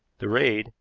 the raid,